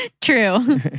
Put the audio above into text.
True